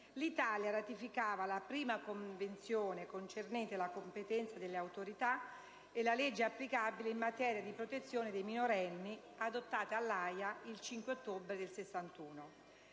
l'Italia ratificava la prima Convenzione concernente la competenza delle autorità e la legge applicabile in materia di protezione dei minorenni, adottata all'Aja il 5 ottobre 1961.